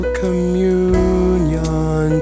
communion